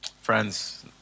Friends